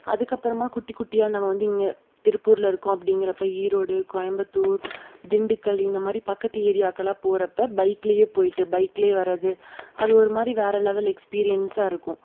அதுக்கப்புறமா குட்டி குட்டியாக நம்ம வந்து இங்கே திருப்பூரில் இருக்கோம் அப்படிங்கிறப்ப ஈரோடு கோயம்புத்தூர் திண்டுக்கல் இந்த மாதிரி பக்கத்து ஏரியாக்குலா போகிறப்ப பைக்லேயே போய்ட்டு பைக்லேயே வரது அது ஒரு மாதிரி வேறே லெவல் எக்ஸ்பீரியன்ஸாக இருக்கும்